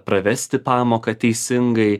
pravesti pamoką teisingai